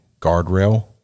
guardrail